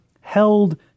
held